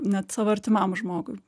net savo artimam žmogui